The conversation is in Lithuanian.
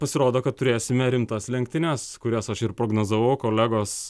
pasirodo kad turėsime rimtas lenktynes kurias aš ir prognozavau kolegos